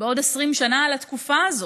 בעוד 20 שנה על התקופה הזאת.